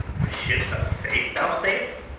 the ships are safe thou say'st,